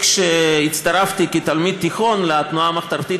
כשהצטרפתי כתלמיד תיכון לתנועה המחתרתית